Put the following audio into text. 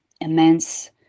immense